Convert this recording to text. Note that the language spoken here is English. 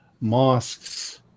mosques